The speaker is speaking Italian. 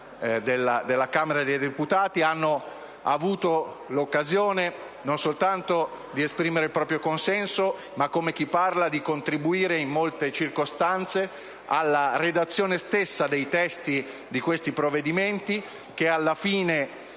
alla Camera dei deputati, hanno avuto l'occasione non soltanto di esprimere il proprio consenso, ma - come chi vi parla - di contribuire in molte circostanze alla redazione dei testi di questi provvedimenti (che arrivano